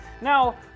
Now